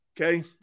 Okay